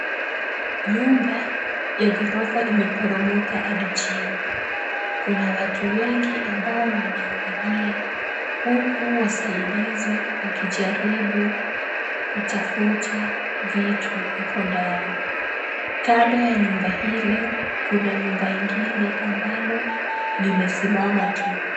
Nyumba ya ghorofa imeporomoka hadi chini. Kuna watu wengi ambao wanaangalia huku wasaidizi waki jaribu kutafuta vitu hapo ndani. Kando ya nyumba hilo kuna nyumba ingine ambalo limesimama tu.